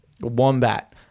wombat